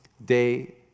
Day